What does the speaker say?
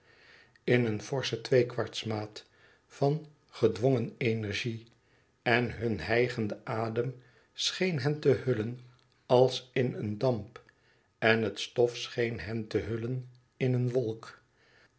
in een forsche tweekwartsmaat van gedwongen energie en hun hijgende adem scheen hen te hullen als in een damp en het stof scheen hen te hullen in een wolk